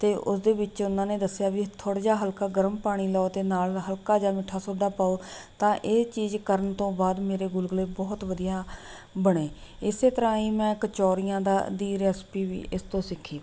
ਅਤੇ ਉਸ ਦੇ ਵਿੱਚ ਉਨ੍ਹਾਂ ਨੇ ਦੱਸਿਆ ਵੀ ਥੋੜ੍ਹਾ ਜਿਹਾ ਹਲਕਾ ਗਰਮ ਪਾਣੀ ਲਓ ਅਤੇ ਨਾਲ ਹਲਕਾ ਜਿਹਾ ਮਿੱਠਾ ਸੋਡਾ ਪਾਓ ਤਾਂ ਇਹ ਚੀਜ਼ ਕਰਨ ਤੋਂ ਬਾਅਦ ਮੇਰੇ ਗੁਲਗੁਲੇ ਬਹੁਤ ਵਧੀਆ ਬਣੇ ਇਸੇ ਤਰ੍ਹਾਂ ਹੀ ਮੈਂ ਕਚੌਰੀਆਂ ਦਾ ਦੀ ਰੈਸਪੀ ਵੀ ਇਸ ਤੋਂ ਸਿੱਖੀ